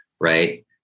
right